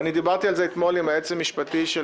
ואני דיברתי על זה אתמול עם גור היועץ המשפטי של